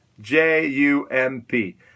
j-u-m-p